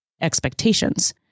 expectations